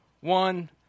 one